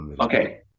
Okay